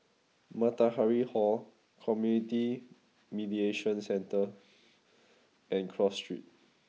Matahari Hall Community Mediation Centre and Cross Street